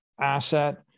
asset